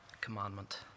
commandment